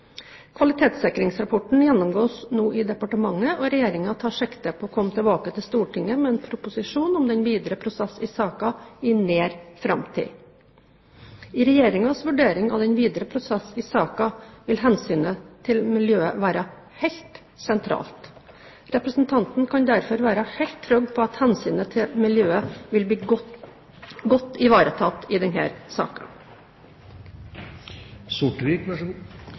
Kvalitetssikringsrapporten gjennomgås nå i departementet, og Regjeringen tar sikte på å komme tilbake til Stortinget med en proposisjon om den videre prosess i saken i nær framtid. I Regjeringens vurdering av den videre prosess i saken vil hensynet til miljøet være helt sentralt. Representanten kan derfor være helt trygg på at hensynet til miljøet vil bli godt ivaretatt i